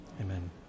Amen